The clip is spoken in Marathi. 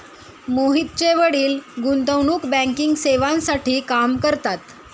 मोहितचे वडील गुंतवणूक बँकिंग सेवांसाठी काम करतात